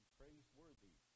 praiseworthy